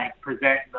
present